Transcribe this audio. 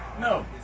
No